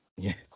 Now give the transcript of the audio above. Yes